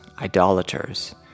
idolaters